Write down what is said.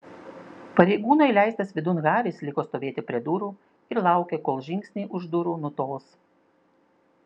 pareigūno įleistas vidun haris liko stovėti prie durų ir laukė kol žingsniai už durų nutols